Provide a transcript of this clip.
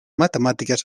matemàtiques